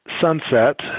sunset